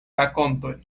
rakontoj